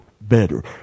better